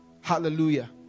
Hallelujah